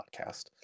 podcast